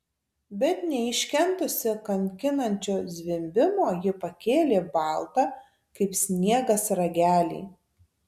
bet neiškentusi kankinančio zvimbimo ji pakėlė baltą kaip sniegas ragelį